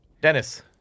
Dennis